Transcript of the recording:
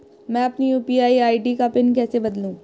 मैं अपनी UPI ID का पिन कैसे बदलूं?